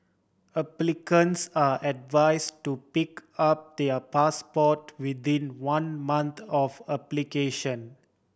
applicants are advise to pick up their passport within one month of application